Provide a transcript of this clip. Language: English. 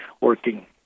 working